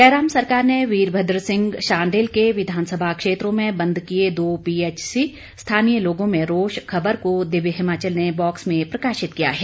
जयराम सरकार ने वीरभद्र सिंह शांडिल के विधानसभा क्षेत्रों में बंद किये दो पीएचसी स्थानीय लोगों में रोष खबर को दिव्य हिमाचल ने बॉक्स में प्रकाशित किया है